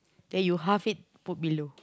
then you half it put below